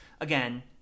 again